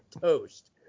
toast